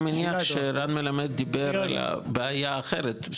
אני מניח שרן מלמד דיבר על בעיה אחרת,